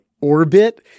orbit